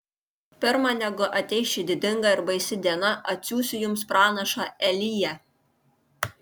pirma negu ateis ši didinga ir baisi diena atsiųsiu jums pranašą eliją